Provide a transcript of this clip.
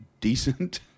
decent